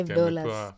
dollars